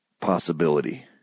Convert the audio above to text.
possibility